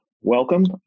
welcome